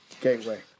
gateway